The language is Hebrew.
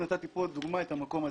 נתתי כדוגמה כאולם את האולם הזה.